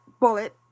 bullet